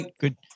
Good